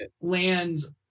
lands